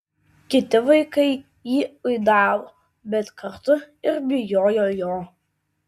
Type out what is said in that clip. kiti vaikai jį uidavo bet kartu ir bijojo jo